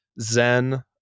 Zen